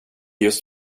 just